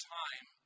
time